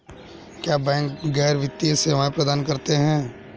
क्या बैंक गैर वित्तीय सेवाएं प्रदान करते हैं?